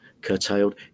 curtailed